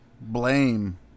blame